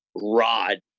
rod